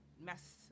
mess